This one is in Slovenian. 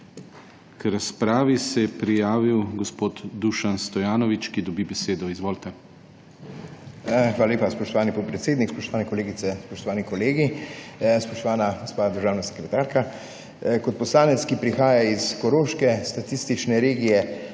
K razpravi se je prijavil gospod Dušan Stojanovič, ki dobi besedo. Izvolite. DUŠAN STOJANOVIČ (PS Svoboda): Hvala lepa, spoštovani podpredsednik. Spoštovane kolegice, spoštovani kolegi, spoštovana gospa državna sekretarka! Kot poslanec, ki prihaja s koroške statistične regije,